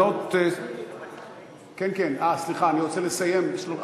והגנת הסביבה נתקבלה.